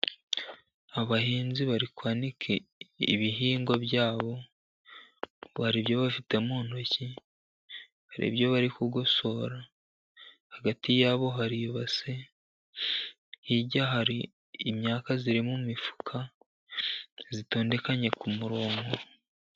Abahinzi bari kwanika ibihingwa byabo. Hari ibyo bafite mu ntoki, hari ibyo bari kugosora. hagati yabo hari ibase, hirya hari imyaka iri mu mifuka itondekanye ku murongo.